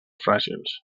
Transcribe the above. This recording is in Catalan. fràgils